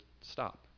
stop